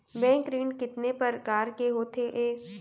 Bank ऋण कितने परकार के होथे ए?